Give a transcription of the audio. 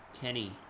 Kenny